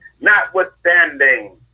notwithstanding